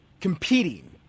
competing